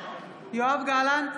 בעד גילה גמליאל, אינה נוכחת